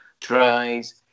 tries